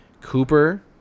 Cooper